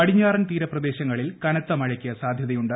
പടിഞ്ഞാറൻ തീരപ്രദേശങ്ങളിൽ കനത്ത മഴയ്ക്ക് സാധ്യതയുണ്ട്